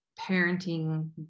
parenting